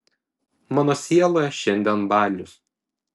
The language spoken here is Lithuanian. mano sieloje šiandien balius